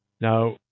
Now